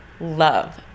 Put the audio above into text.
love